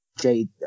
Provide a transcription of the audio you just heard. Jade